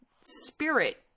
spirit